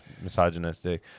misogynistic